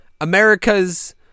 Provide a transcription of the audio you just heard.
America's